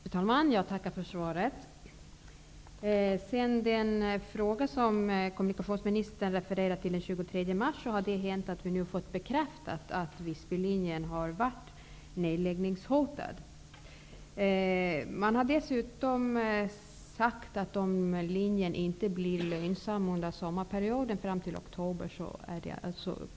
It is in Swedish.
Fru talman! Jag tackar för svaret. Sedan den fråga som kommunikationsministern refererade till besvarades de 23 mars har vi fått bekräftat att Visbylinjen har varit nedläggningshotad. Man har dessutom sagt att nedläggningshotet kommer att kvarstå om linjen inte blir lönsam under sommarperioden och fram till oktober.